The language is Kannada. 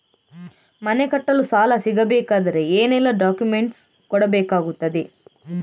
ಮನೆ ಕಟ್ಟಲು ಸಾಲ ಸಿಗಬೇಕಾದರೆ ಏನೆಲ್ಲಾ ಡಾಕ್ಯುಮೆಂಟ್ಸ್ ಕೊಡಬೇಕಾಗುತ್ತದೆ?